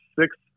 six